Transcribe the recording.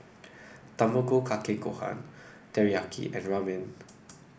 Tamago Kake Gohan Teriyaki and Ramen